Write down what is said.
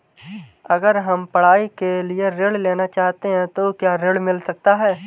अगर हम पढ़ाई के लिए ऋण लेना चाहते हैं तो क्या ऋण मिल सकता है?